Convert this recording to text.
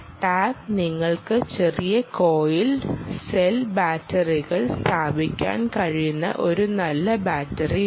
tag നിങ്ങൾക്ക് ചെറിയ coin cell ബാറ്ററികൾ സ്ഥാപിക്കാൻ കഴിയുന്ന ഒരു നല്ല ബാറ്ററിയുണ്ട്